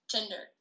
Tinder